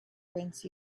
prince